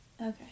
Okay